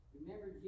Remember